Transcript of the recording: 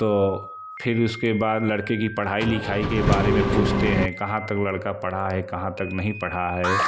तो फिर उसके बाद लड़के की पढ़ाई लिखाई के बारे में पूछते हैं कहाँ तक लड़का पढ़ा है कहाँ तक नहीं पढ़ा है